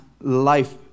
life